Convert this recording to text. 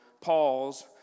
Paul's